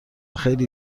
خیلی